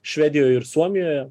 švedijoj ir suomijoje